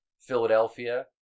Philadelphia